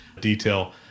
detail